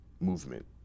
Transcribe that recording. movement